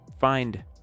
find